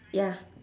ya